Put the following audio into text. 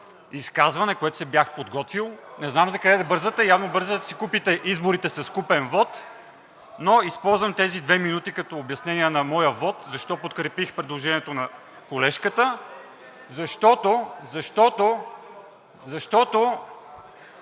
изказване, за което се бях подготвил. Не знам закъде бързате? Явно бързате да си купите изборите с купен вот, но използвам тези две минути като обяснение на моя вот защо подкрепих предложението на колежката. Защото (шум и